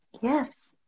yes